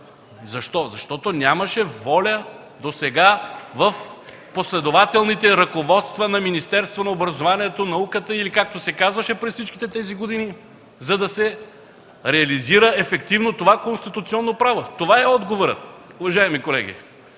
Защо? Защото нямаше воля досега в последователните ръководства на Министерството на образованието, науката... или както се казваше през всичките тези години, за да се реализира ефективно това конституционно право. Това е отговорът, уважаеми колеги!